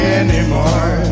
anymore